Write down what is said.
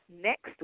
next